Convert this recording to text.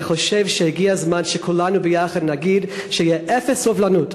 ואני חושב שהגיע הזמן שכולנו ביחד נגיד שיהיה אפס סובלנות